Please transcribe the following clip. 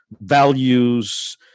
values –